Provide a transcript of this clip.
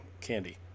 candy